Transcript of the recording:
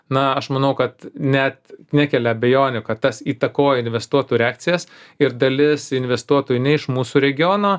na aš manau kad net nekelia abejonių kad tas įtakoja investuotojų reakcijas ir dalis investuotojų ne iš mūsų regiono